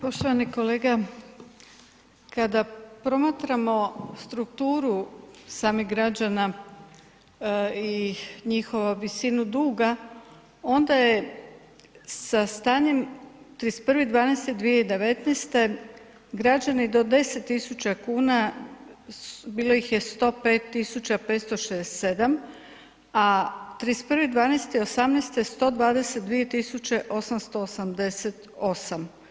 Poštovane kolege, kada promatramo strukturu samih građana i njihovu visinu duga onda je sa stanjem 31.12.2019. građani do 10.000 kuna bilo ih je 105.567, a 31.12.'18., 122.888.